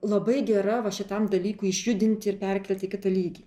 labai gera va šitam dalykui išjudinti ir perkelti į kitą lygį